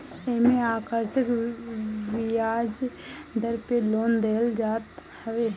एमे आकर्षक बियाज दर पे लोन देहल जात हवे